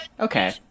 Okay